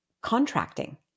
contracting